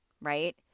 Right